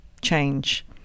change